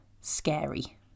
scary